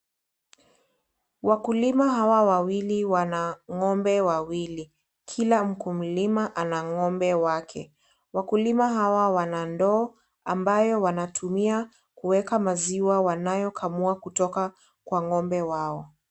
Wakulima hawa wawili wana ng'ombe wawili, kila mkulima ana ng'ombe wake. Wakulima hawa wana ndoo ambayo wanatumia kuweka maziwa wanayokamua kutoka kwa ng'ombe wao.